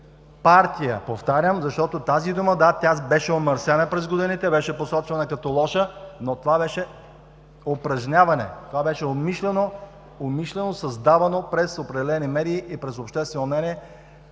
повтарям, защото тази дума – да, тя беше омърсена през годините, беше посочвана като лоша, но това беше упражняване, умишлено създавано внушение – през определени медии и през обществено мнение,